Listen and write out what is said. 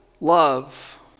love